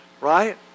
right